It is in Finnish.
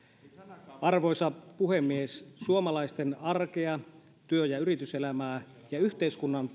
arvoisa puhemies suomalaisten arkea työ ja yrityselämää ja yhteiskunnan